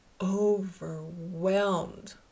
overwhelmed